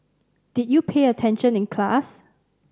did you pay attention in class